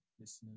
listeners